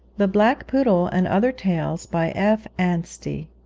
the black poodle and other tales by f. anstey